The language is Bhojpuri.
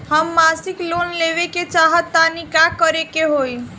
हम मासिक लोन लेवे के चाह तानि का करे के होई?